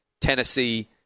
Tennessee